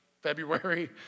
February